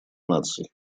наций